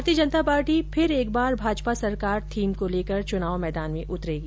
भारतीय जनता पार्टी फिर एक बार भाजपा सरकार थीम को लेकर चुनाव मैदान में उतरेगी